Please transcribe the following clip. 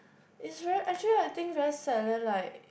is very actually I think very sad then like